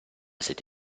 cette